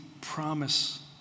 promise